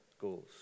goals